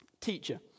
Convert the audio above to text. Teacher